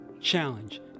CHALLENGE